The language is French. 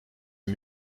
des